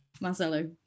Marcelo